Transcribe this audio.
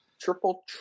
triple